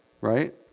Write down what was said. right